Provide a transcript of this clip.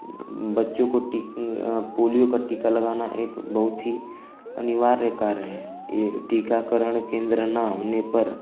बच्चों को टिक पोलियो का टीका लगाना एक बहुत ही अनिवार्य कार्य है यह टीकाकरण केन्द्र न होने पर